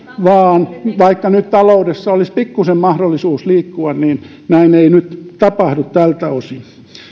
vaikka nyt taloudessa olisi pikkuisen mahdollisuus liikkua niin näin ei nyt tapahdu tältä osin